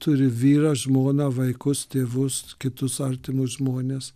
turi vyrą žmoną vaikus tėvus kitus artimus žmones